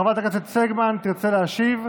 חברת הכנסת סגמן תרצה להשיב,